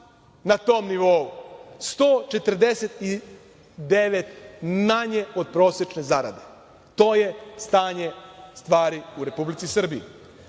na tom nivou, 149, manje od prosečne zarade. To je stanje stvari u Republici Srbiji. Kad